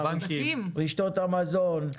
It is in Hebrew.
רשתות המזון,